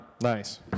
Nice